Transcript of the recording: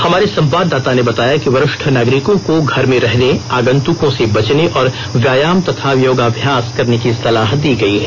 हमारे संवाददाता ने बताया कि वरिष्ठ नागरिकों को घर में रहने आगंतुकों से बचने और व्यायाम तथा योगाभ्यास करने की सलाह दी गई है